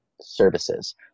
services